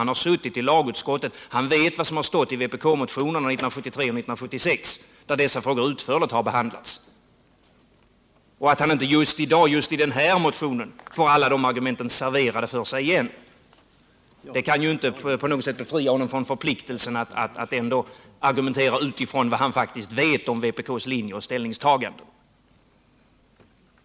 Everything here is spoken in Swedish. Han har suttit i lagutskottet, och han vet vad som har stått i vpk-motionerna åren 1973 och 1976, där dessa frågor utförligt har behandlats. Att han inte just i dag och just i den här motionen får alla de argumenten serverade för sig igen kan ju inte på något sätt befria honom från förpliktelsen att ändå argumentera utifrån vad han faktiskt vet om vpk:s linjer och ställningstaganden.